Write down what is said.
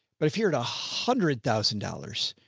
but if you're at a hundred thousand dollars,